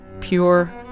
pure